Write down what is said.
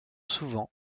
souvent